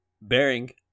bearing